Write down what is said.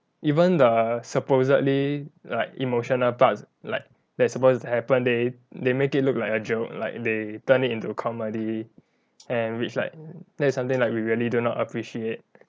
even the supposedly like emotional parts like that's supposed to happen they they make it look like a joke like they turn it into comedy and which like that is something like we really do not appreciate